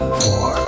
four